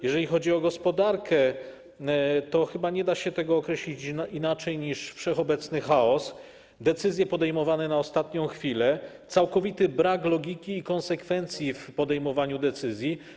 Jeżeli chodzi o gospodarkę, to chyba nie da się tego określić inaczej niż wszechobecny chaos, decyzje podejmowane na ostatnią chwilę, całkowity brak logiki i konsekwencji w podejmowaniu decyzji.